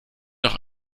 noch